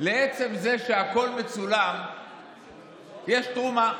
לעצם זה שהכול מצולם יש תרומה,